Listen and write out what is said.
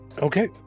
Okay